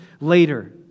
later